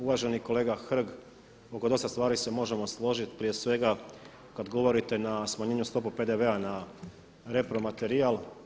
Uvaženi kolega Hrg, oko dosta stvari se možemo složiti, prije svega kad govorite na smanjenju stope PDV-a na repromaterijal.